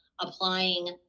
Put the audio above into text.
applying